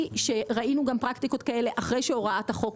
ראינו גם פרקטיקות כאלו אחרי שהוראת החוק